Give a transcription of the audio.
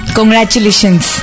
Congratulations